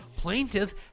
Plaintiff